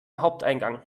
haupteingang